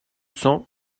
cents